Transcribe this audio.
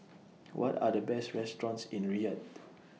What Are The Best restaurants in Riyadh